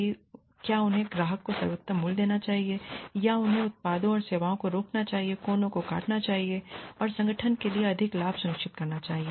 की क्या उन्हें ग्राहक को सर्वोत्तम मूल्य देना चाहिए या उन्हें उत्पादों और सेवाओं को रोकना चाहिए कोनों को काटना चाहिए और संगठन के लिए अधिकतम लाभ सुनिश्चित करना चाहिए